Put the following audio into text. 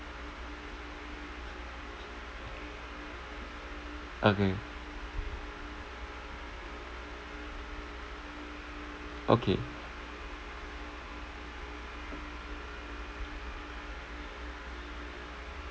okay okay